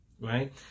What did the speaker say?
right